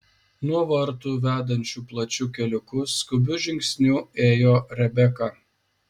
nuo vartų vedančiu plačiu keliuku skubiu žingsniu ėjo rebeka